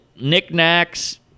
knickknacks